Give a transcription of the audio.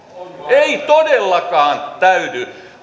ei todellakaan täydy